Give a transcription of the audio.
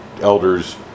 elders